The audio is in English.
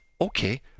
okay